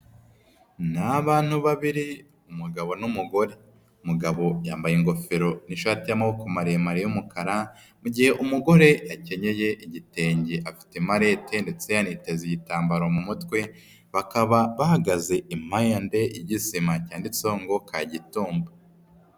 Ni abantu babiri umugabo n'umugore, umugabo yambaye ingofero n'ishati y'amaboko maremare y'umukara, mu gihe umugore akenyeye igitenge afite imarete ndetse yaniteze igitambaro mu mutwe, bakaba bahagaze impande y'igisima cyanditseho ngo Kagitumba.